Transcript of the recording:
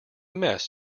mess